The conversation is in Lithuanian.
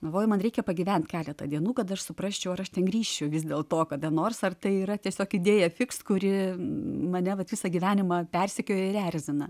galvoju man reikia pagyventi keletą dienų kad aš suprasčiau ar aš negrįšiu vis dėl to kada nors ar tai yra tiesiog idėja fiks kuri mane vat visą gyvenimą persekioja ir erzina